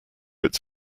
its